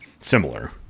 similar